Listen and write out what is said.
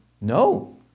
No